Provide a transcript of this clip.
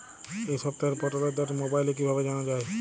এই সপ্তাহের পটলের দর মোবাইলে কিভাবে জানা যায়?